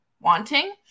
wanting